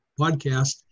podcast